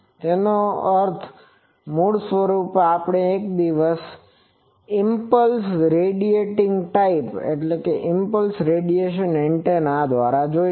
તેનો અર્થ મૂળરૂપે આપણે એક દિવસ ઈમ્પલ્સ રેડિએટિંગ પ્રકારનો એન્ટેના જોશું